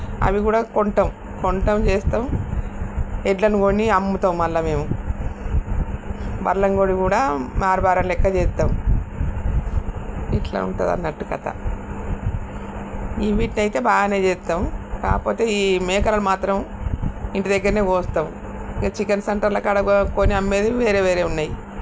అవి కూడా కొంటాము కొంటాము చేస్తాం ఎడ్లను కొని అమ్ముతాము మళ్ళీ మేము మళ్ళీ ఇంకోకటి కూడా మార్ బార లెక్క చేస్తాము ఇలా ఉంటుంది అన్నట్టు కథ ఇవి వీటిని అయితే బాగానే చేస్తాము కాకపోతే ఈ మేకలను మాత్రం ఇంటి దగ్గరనే కోస్తాం ఇక చికెన్ సెంటర్ల కాడ కా కొని అమ్మేది వేరే వేరేవి ఉన్నాయి